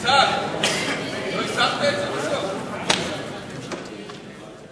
סיעות מרצ רע"ם-תע"ל חד"ש בל"ד להביע אי-אמון בממשלה לא נתקבלה.